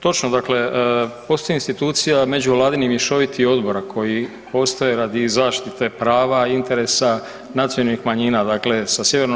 Točno, dakle, postoje institucije međuvladinih i mješovitih odbora koji postoje radi zaštite prava i interesa nacionalnih manjina, dakle sa Sj.